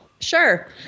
sure